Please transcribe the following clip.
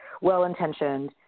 well-intentioned